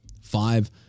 Five